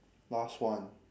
last one